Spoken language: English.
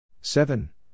seven